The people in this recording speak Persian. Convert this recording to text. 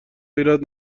ایراد